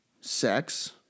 sex